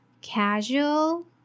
Casual